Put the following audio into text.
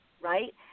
right